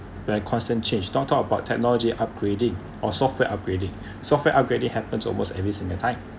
like constant change don't talk about technology upgrading or software upgrading software upgrading happens almost every single time